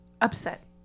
Upset